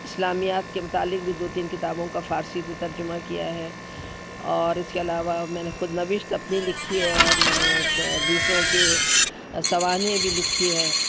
اسلامیات کے متعلق بھی دو تین کتابوں کا فارسی سے ترجمہ کیا ہے اور اس کے علاوہ میں نے خود نوشت اپنی لکھی ہے اور میں نے دوسروں کے سوانح بھی لکھی ہے